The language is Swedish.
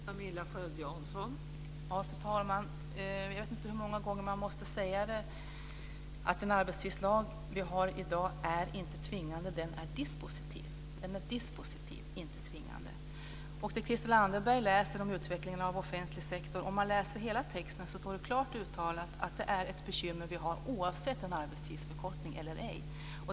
Fru talman! Jag vet inte hur många gånger jag måste säga att den arbetstidslag som vi har i dag inte är tvingande. Den är dispositiv, inte tvingande. Christel Anderberg läser om utvecklingen av offentlig sektor. Om man läser hela texten ser man att det står klart uttalat att det är ett bekymmer som vi har oavsett en arbetstidsförkortning eller ej.